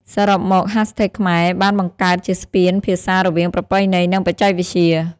សរុបមក ហាស់ ថេកខ្មែរបានបង្កើតជាស្ពានភាសារវាងប្រពៃណី និងបច្ចេកវិទ្យា។